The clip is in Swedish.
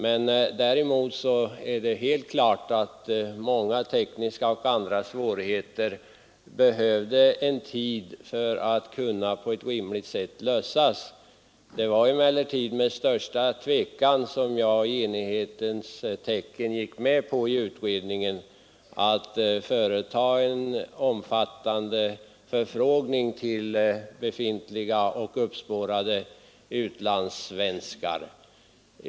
Däremot är det alldeles klart att många tekniska och många andra svårigheter kräver en viss tid för att man skall kunna lösa dem på ett rimligt sätt. Det var emellertid med största tvekan som jag i utredningen i enighetens namn gick med på att företa en omfattande förfrågning till befintliga och uppspårade utlandssvenskar.